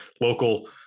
local